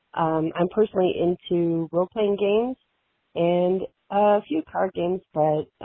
um i'm personally into role playing games and off you parkin's fault.